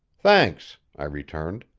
thanks, i returned.